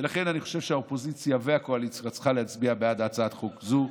ולכן אני חושב שהאופוזיציה והקואליציה צריכות להצביע בעד הצעת חוק זו.